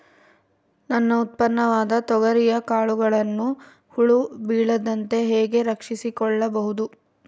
ನನ್ನ ಉತ್ಪನ್ನವಾದ ತೊಗರಿಯ ಕಾಳುಗಳನ್ನು ಹುಳ ಬೇಳದಂತೆ ಹೇಗೆ ರಕ್ಷಿಸಿಕೊಳ್ಳಬಹುದು?